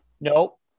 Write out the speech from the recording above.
nope